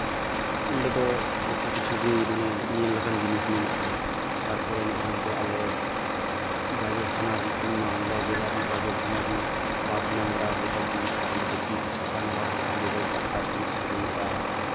ᱚᱸᱰᱮ ᱫᱚ ᱡᱚᱛᱚ ᱠᱤᱪᱷᱩ ᱜᱮ ᱢᱟᱱᱮ ᱧᱮᱞ ᱞᱮᱠᱟᱱ ᱡᱤᱱᱤᱥ ᱢᱮᱱᱟᱜᱼᱟ ᱛᱟᱨᱯᱚᱨᱮ ᱱᱚᱜᱼᱚᱸᱭ ᱚᱱᱛᱮ ᱟᱞᱮ ᱜᱟᱡᱚᱞ ᱛᱷᱟᱱᱟ ᱨᱮᱱᱟᱜ ᱢᱟᱞᱫᱟ ᱡᱮᱞᱟ ᱨᱮᱱᱟᱜ ᱜᱟᱡᱚᱞ ᱛᱷᱟᱱᱟ ᱨᱮᱱᱟᱜ ᱵᱟᱫᱷᱱᱟᱜᱽᱨᱟ ᱡᱮᱴᱟ ᱠᱚ ᱢᱮᱛᱟᱫᱼᱟ ᱚᱸᱰᱮ ᱫᱚ ᱢᱤᱫᱴᱮᱡ ᱪᱷᱟᱛᱟ ᱢᱮᱞᱟ ᱦᱩᱭᱩᱜᱼᱟ ᱚᱸᱰᱮ ᱫᱚ ᱫᱟᱸᱥᱟᱭ ᱮᱱᱮᱡ ᱠᱚ ᱦᱩᱭᱩᱜᱼᱟ